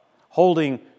Holding